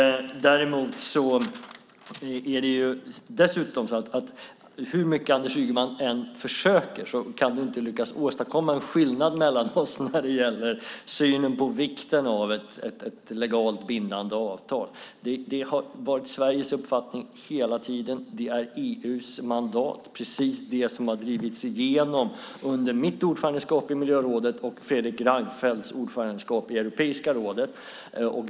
Men hur mycket Anders Ygeman än försöker kan han inte lyckas åstadkomma en skillnad mellan oss när det gäller synen på vikten av ett legalt bindande avtal. Detta har varit Sveriges uppfattning hela tiden. Det är EU:s mandat, precis det som har drivits igenom under mitt ordförandeskap i miljörådet och Fredrik Reinfeldts ordförandeskap i Europeiska rådet.